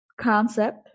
concept